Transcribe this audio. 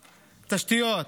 תשתיות,